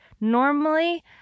normally